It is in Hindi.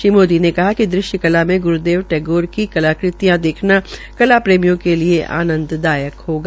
श्री मोदीने कहा कि दृश्यकला में ग्रूदेव टैगोर की कलाकृतियां देखना कलाप्रेमियों के लिये आंनददायक रहेगा